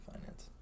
finance